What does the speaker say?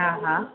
हा हा